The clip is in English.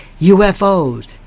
UFOs